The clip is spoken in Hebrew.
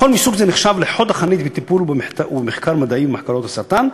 מכון מהסוג הזה נחשב לחוד החנית בטיפול ובמחקר מדעי של מחלות הסרטן,